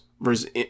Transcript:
versus